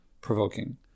provoking